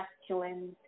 masculine